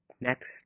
Next